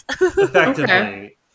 Effectively